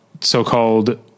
so-called